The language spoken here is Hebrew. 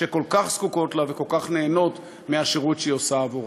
שכל כך זקוקות לה וכל כך נהנות מהשירות שהיא עושה עבורן.